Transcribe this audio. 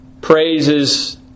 Praises